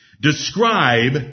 describe